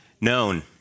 known